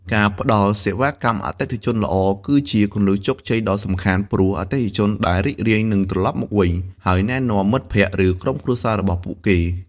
ការផ្ដល់សេវាកម្មអតិថិជនល្អ គឺជាគន្លឹះជោគជ័យដ៏សំខាន់ ព្រោះអតិថិជនដែលរីករាយនឹងត្រឡប់មកវិញ ហើយណែនាំមិត្តភក្តិ ឬក្រុមគ្រួសាររបស់ពួកគេ។